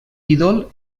ídol